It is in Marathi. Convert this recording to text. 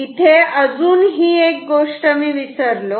इथे अजून ही एक गोष्ट मी विसरलो